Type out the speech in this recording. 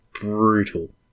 brutal